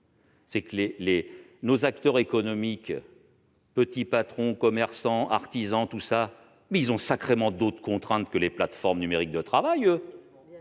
Mais nos acteurs économiques, petits patrons, commerçants, artisans ont sacrément d'autres contraintes que les plateformes numériques de travail !